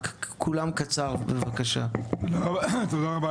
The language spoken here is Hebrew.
תודה רבה